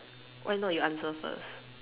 why not you answer first